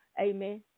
amen